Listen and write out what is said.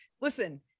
listen